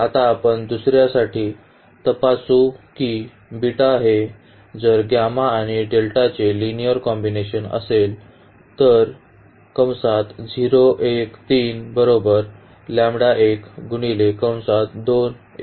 आता आपण दुसर्यासाठी तपासू की हे जर चे लिनिअर कॉम्बिनेशन असेल तर